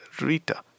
Rita